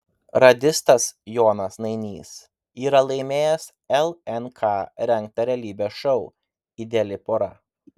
radistas jonas nainys yra laimėjęs lnk rengtą realybės šou ideali pora